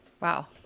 Wow